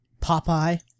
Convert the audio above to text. Popeye